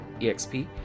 EXP